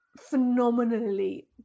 phenomenally